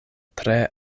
tre